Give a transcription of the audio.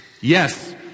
yes